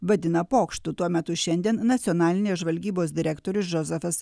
vadina pokštu tuo metu šiandien nacionalinės žvalgybos direktorius džozefas